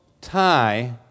tie